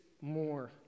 more